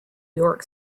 york